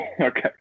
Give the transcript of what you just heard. okay